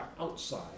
outside